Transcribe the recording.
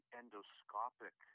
endoscopic